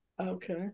Okay